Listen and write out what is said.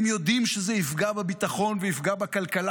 הם יודעים שזה יפגע בביטחון ויפגע בכלכלה